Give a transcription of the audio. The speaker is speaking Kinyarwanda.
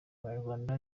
abanyarwanda